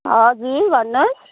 हजुर भन्नुहोस्